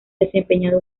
desempeñado